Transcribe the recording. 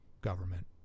government